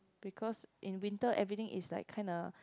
because in winter everything is like kinda